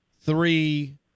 three